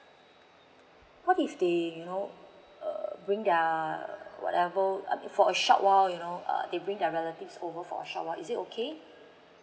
what is the you know uh bring their err whatever uh for a short while you know err they bring their relatives over for a short while is it okay